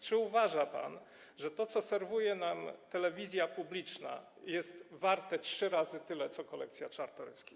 Czy uważa pan, że to, co serwuje nam telewizja publiczna, jest warte trzy razy tyle co kolekcja Czartoryskich?